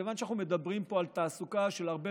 מכיוון שאנחנו מדברים פה על תעסוקה של הרבה